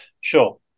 Sure